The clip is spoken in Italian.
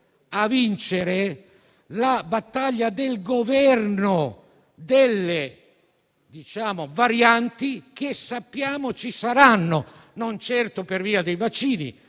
a vincere la battaglia del governo delle varianti, che sappiamo ci saranno, non certo per via dei vaccini,